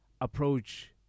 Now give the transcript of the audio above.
approach